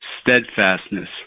steadfastness